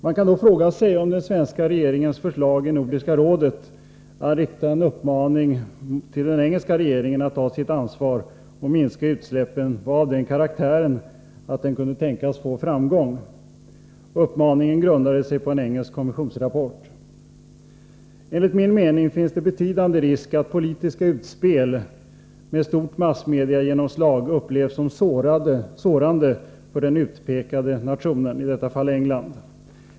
Man kan då fråga sig om den svenska regeringens förslag i Nordiska rådet att rikta en uppmaning till den engelska regeringen att ta sitt ansvar och minska utsläppen var av den karaktären att den kunde tänkas få framgång. Uppmaningen grundade sig på en engelsk kommissionsrapport. Enligt min mening finns det en betydande risk att politiska utspel med stort massmediagenomslag upplevs som sårande för den utpekade nationen, i detta fall England.